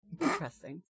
Interesting